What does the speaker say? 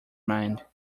mind